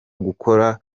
gukora